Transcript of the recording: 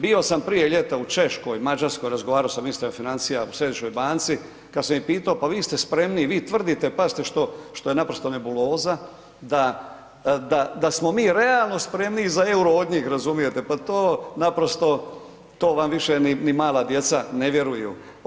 Bio sam prije ljeta u Češkoj, Mađarskoj razgovarao sam ista je financija u središnjoj banci, kad sam ih pitao pa vi ste spremniji, vi tvrdite, pazite što je naprosto nebuloza, da smo mi realno spremniji za EUR-o od njih razumijete, pa to naprosto, to vam više ni mala djeca ne vjeruju.